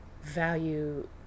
Value